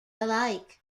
alike